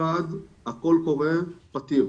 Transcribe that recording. אחת, הקול קורא פתיר,